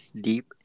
deep